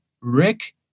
Rick